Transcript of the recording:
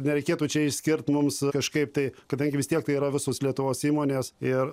nereikėtų čia išskirt mums kažkaip tai kadangi vis tiek tai yra visos lietuvos įmonės ir